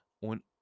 On